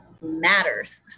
matters